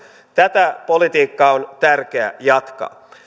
tätä politiikkaa on tärkeä jatkaa